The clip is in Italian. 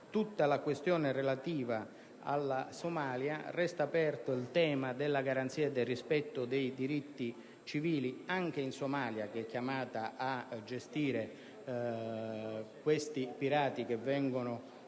tutta la questione relativa alla Somalia e il tema della garanzia e del rispetto dei diritti civili anche in Kenya, Paese chiamato a gestire i pirati che vengono